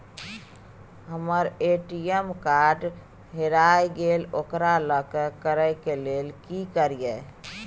हमर ATM card हेरा गेल ओकरा लॉक करै के लेल की करियै?